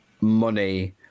money